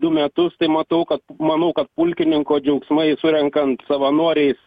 du metus tai matau kad manau kad pulkininko džiaugsmai surenkant savanoriais